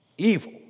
Evil